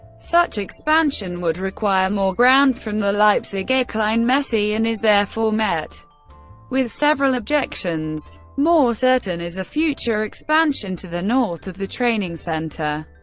such expansion would require more ground from the leipziger kleinmesse, and is therefore met with several objections. more certain is a future expansion to the north of the training center.